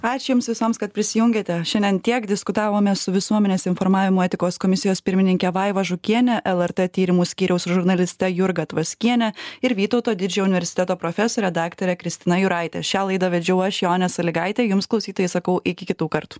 ačiū jums visoms kad prisijungėte šiandien tiek diskutavome su visuomenės informavimo etikos komisijos pirmininke vaiva žukiene lrt tyrimų skyriaus žurnaliste jurga tvaskiene ir vytauto didžiojo universiteto profesore daktare kristina juraite šią laidą vedžiau aš jonė salygaitė jums klausytojai sakau iki kitų kartų